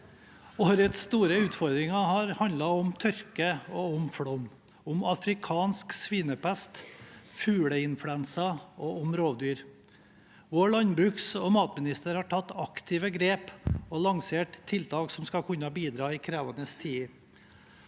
Årets store utfordringer har handlet om tørke og flom, afrikansk svinepest, fugleinfluensa og rovdyr. Vår landbruks- og matminister har tatt aktive grep og lansert tiltak som skal kunne bidra i krevende tider.